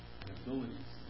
abilities